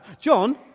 John